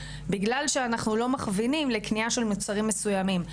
בגלל שאנחנו לא מכוונים לקנייה של מוצרים מסוימים.